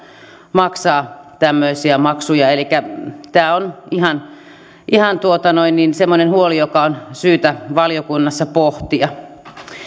maksaa tämmöisiä maksuja elikkä tämä on ihan ihan semmoinen huoli jota on syytä valiokunnassa pohtia